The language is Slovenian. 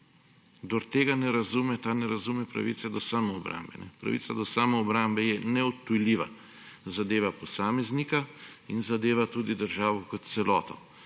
Kdor tega ne razume, ta ne razume pravice do samoobrambe. Pravica do samoobrambe je neutajljiva zadeva posameznika in zadeva tudi državo kot celoto.